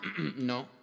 no